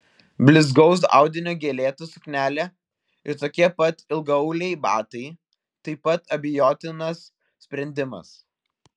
blizgaus audinio gėlėta suknelė ir tokie pat ilgaauliai batai taip pat abejotinas sprendimas